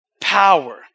power